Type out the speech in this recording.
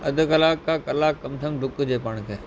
अध कलाक खां कलाक कम से कम डुकजे पाण खे